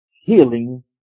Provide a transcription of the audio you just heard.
Healing